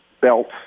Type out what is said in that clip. Belt